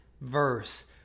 verse